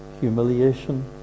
humiliation